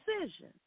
Decision